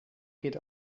geht